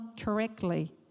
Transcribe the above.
correctly